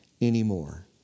Anymore